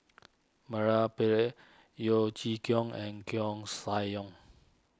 Mura Pillai Yeo Chee Kiong and Koeh Sia Yong